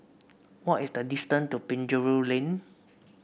what is the distance to Penjuru Lane